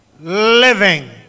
living